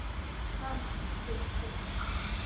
हाँ हाँ हाँ ठीक ठीक